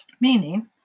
Meaning